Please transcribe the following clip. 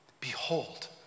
Behold